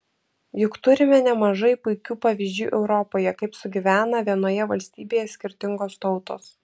juk turime nemažai puikių pavyzdžių europoje kaip sugyvena vienoje valstybėje skirtingos tautos